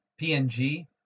PNG